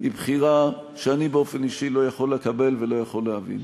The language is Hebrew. היא בחירה שאני באופן אישי לא יכול לקבל ולא יכול להבין.